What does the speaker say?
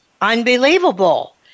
unbelievable